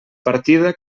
partida